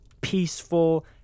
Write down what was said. peaceful